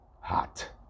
Hot